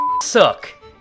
suck